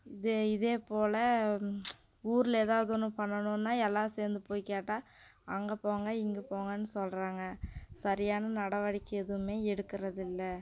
இதே இதே போல ஊரில் எதாவது ஒன்று பண்ணணுனால் எல்லாம் சேர்ந்து போய் கேட்டால் அங்கே போங்க இங்கே போங்கன்னு சொல்கிறாங்க சரியான நடவடிக்கை எதுவுமே எடுக்கிறதில்ல